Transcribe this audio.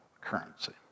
currency